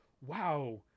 wow